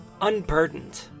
unburdened